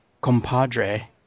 compadre